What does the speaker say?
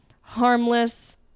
harmless